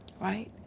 right